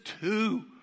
two